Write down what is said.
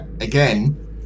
again